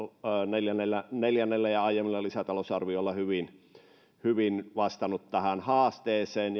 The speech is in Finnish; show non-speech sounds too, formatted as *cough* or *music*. neljännellä neljännellä ja aiemmilla lisätalousarvioilla hyvin hyvin vastannut tähän haasteeseen *unintelligible*